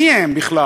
מי הם בכלל?